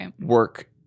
work